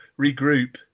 regroup